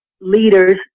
leaders